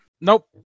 nope